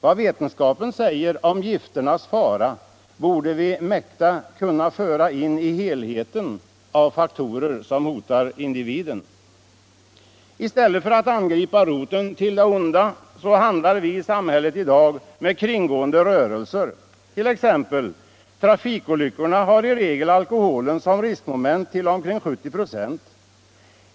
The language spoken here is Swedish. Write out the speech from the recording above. Vad vetenskapen säger om gifternas verkningar borde vi mäkta föra in i helheten av faktorer som hotar individen. I stället för att angripa roten till det onda handlar vi i samhället i dag med kringgående rörelser. I t.ex. 70 96 av trafikolyckorna ingår alkoholförtäring som ett moment.